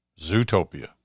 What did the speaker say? Zootopia